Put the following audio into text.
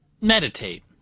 meditate